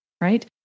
right